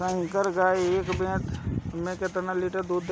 संकर गाय एक ब्यात में लगभग केतना दूध देले?